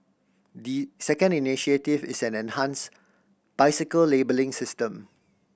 the second initiative is an enhanced bicycle labelling system